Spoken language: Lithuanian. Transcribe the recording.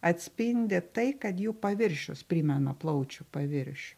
atspindi tai kad jų paviršius primena plaučių paviršių